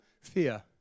Fear